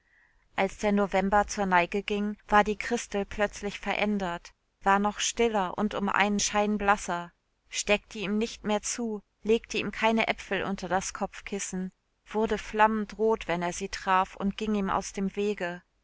als der november zur neige ging war die christel plötzlich verändert war noch stiller und um einen schein blasser steckte ihm nicht mehr zu legte ihm keine äpfel unter das kopfkissen wurde flammend rot wenn er sie traf und ging ihm aus dem wege